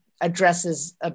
addresses